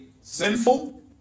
sinful